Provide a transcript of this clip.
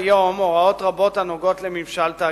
הוראות רבות הנוגעות לממשל תאגידי.